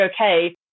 okay